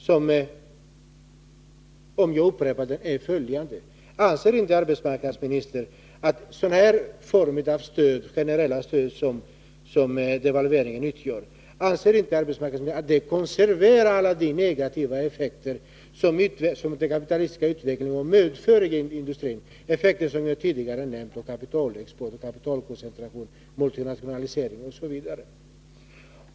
Den var, om jag får upprepa den, följande: Anser inte arbetsmarknadsministern att sådana här former av generella stöd som devalveringen utgör konserverar alla de negativa effekter som den kapitalistiska utvecklingen medfört för industrin? Effekter som jag tidigare nämnt är kapitalexport, kapitalkoncentration, multinationalisering osv.